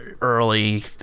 early